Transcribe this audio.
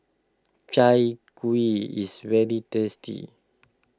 Chai Kueh is very tasty